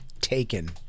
taken